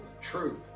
truth